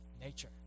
nature